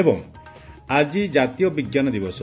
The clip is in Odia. ଏବଂ ଆଜି ଜାତୀୟ ବିଙ୍କାନ ଦିବସ